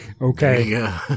Okay